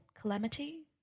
Calamity